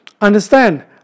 understand